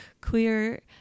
queer